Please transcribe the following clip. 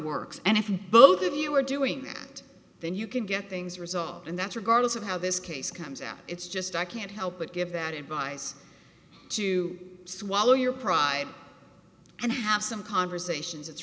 works and if both of you are doing it then you can get things resolved and that's regardless of how this case comes out it's just i can't help but give that advise to swallow your pride and have some conversations it's